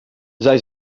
zei